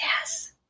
Yes